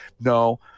No